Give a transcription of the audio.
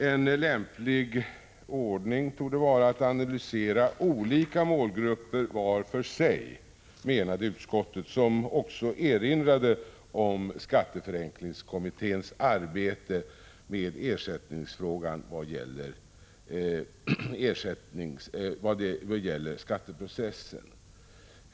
En lämplig ordning torde vara att analysera olika målgrupper var för sig, menade utskottet, som också erinrade om skatteförenklingskommitténs arbete med ersättningsfrågan vad gäller skatteprocessen.